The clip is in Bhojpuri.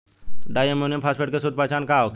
डाई अमोनियम फास्फेट के शुद्ध पहचान का होखे?